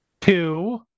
two